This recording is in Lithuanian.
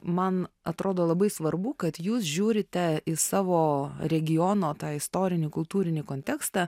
man atrodo labai svarbu kad jūs žiūrite į savo regiono tą istorinį kultūrinį kontekstą